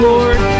Lord